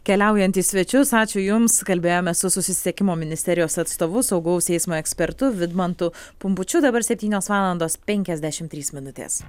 keliaujant į svečius ačiū jums kalbėjomės su susisiekimo ministerijos atstovu saugaus eismo ekspertu vidmantu pumpučiu dabar septynios valandos penkiasdešimt trys minutės